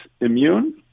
immune